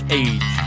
age